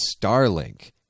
Starlink